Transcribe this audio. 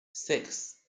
six